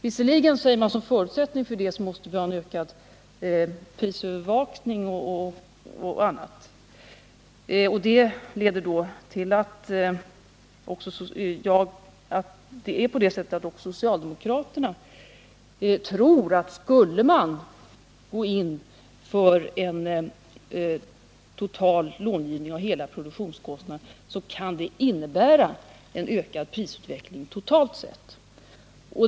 Man säger att en förutsättning för att man skall kunna genomföra de föreslagna åtgärderna är bl.a. en ökad prisövervakning. Också socialdemokraterna tror således att om man skulle gå in för en total långivning av hela bostadsproduktionskostnaden, så kan detta innebära en ökad prisutveckling totalt sett.